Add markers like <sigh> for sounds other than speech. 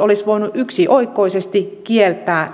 <unintelligible> olisi voinut yksioikoisesti kieltää